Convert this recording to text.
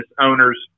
owners